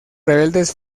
rebeldes